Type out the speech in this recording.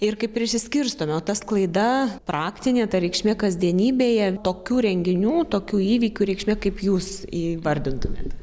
ir kaip ir išsiskirstome o ta sklaida praktinė ta reikšmė kasdienybėje tokių renginių tokių įvykių reikšmė kaip jūs įvardintumėt